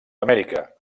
amèrica